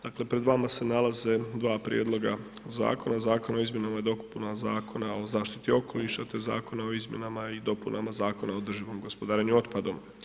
Dakle, pred vama se nalaze dva prijedloga Zakona, Zakona o izmjenama i dopunama Zakona o zaštiti okoliša, te Zakona o izmjenama i dopunama Zakona o održivom gospodarenju otpadom.